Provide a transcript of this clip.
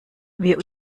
wir